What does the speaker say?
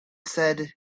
said